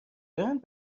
دارند